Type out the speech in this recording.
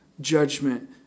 judgment